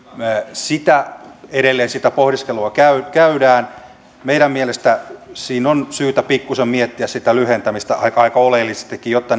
edelleen sitä pohdiskelua käydään meidän mielestämme siinä on syytä pikkuisen miettiä sitä lyhentämistä aika aika oleellisestikin jotta